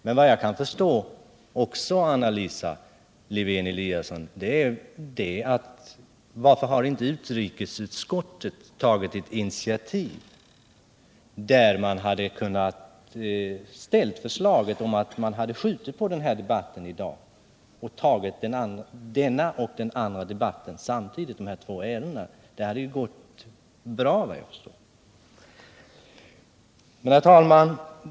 Men vad jag också kan förstå, Anna Lisa Lewén-Eliasson, är att utrikesutskottet borde ha kunnat ta ett initiativ och ställt ett förslag om att man skulle ha skjutit på dagens debatt. Varför har man inte gjort det? Det hade ju, vad jag kan förstå, gått bra att ta denna och den andra debatten samtidigt.